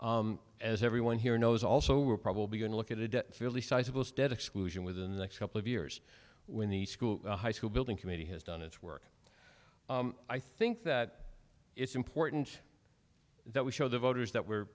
ballot as everyone here knows also are probably going to look at a fairly sizeable stead exclusion within the next couple of years when the school high school building committee has done its work i think that it's important that we show the voters that we're